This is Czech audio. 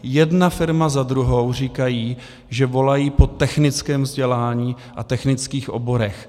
Jedna firma za druhou říkají, že volají po technickém vzdělání a technických oborech.